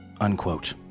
unquote